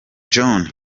john